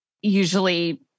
usually